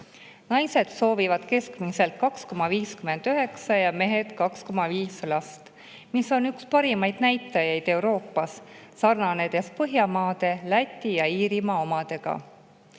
Naised soovivad keskmiselt 2,59 ja mehed 2,5 last, mis on üks parimaid näitajaid Euroopas, sarnanedes Põhjamaade, Läti ja Iirimaa omaga.